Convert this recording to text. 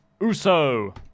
Uso